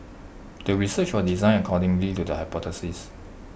the research was designed according to the hypothesis